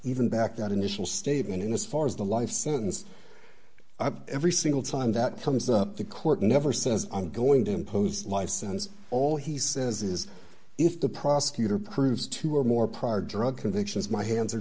even back that initial statement and as far as the life sentence every single time that comes up the court never says i'm going to impose life since all he says is if the prosecutor proves two or more prior drug convictions my hands are